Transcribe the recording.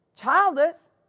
childless